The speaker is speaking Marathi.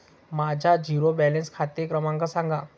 माझा झिरो बॅलन्स खाते क्रमांक सांगा